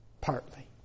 partly